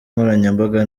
nkoranyambaga